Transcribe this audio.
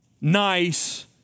nice